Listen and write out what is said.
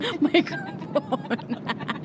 microphone